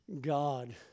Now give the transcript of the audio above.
God